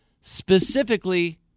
specifically